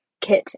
kit